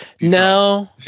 No